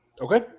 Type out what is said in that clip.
Okay